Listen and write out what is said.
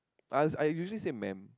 I I using same man